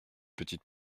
petites